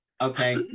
Okay